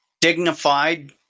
dignified